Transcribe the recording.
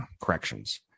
corrections